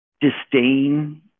disdain